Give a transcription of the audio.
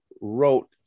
wrote